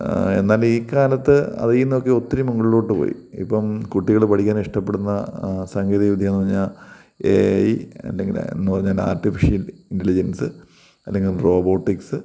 എന്നാൽ ഈ കാലത്ത് അതിൽ നിന്നൊക്കെ ഒത്തിരി മുൻപിലോട്ട് പോയി ഇപ്പം കുട്ടികൾ പഠിക്കാൻ ഇഷ്ട്ടപ്പെടുന്ന സാങ്കേതിക വിദ്യാന്ന് പറഞ്ഞാൽ ഏ ഐ അല്ലെങ്കിൽ എന്നു പറഞ്ഞാൽ എന്താ ആർട്ടിഫിഷ്യൽ ഇൻ്റെലിജൻസ് അല്ലെങ്കിൽ റോബോട്ടിക്സ്